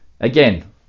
Again